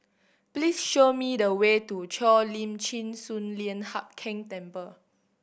please show me the way to Cheo Lim Chin Sun Lian Hup Keng Temple